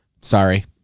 sorry